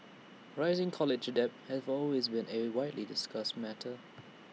rising college debt has always been A widely discussed matter